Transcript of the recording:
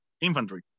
infantry